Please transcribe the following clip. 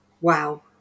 wow